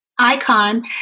icon